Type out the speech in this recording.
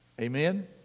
Amen